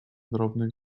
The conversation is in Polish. drobnych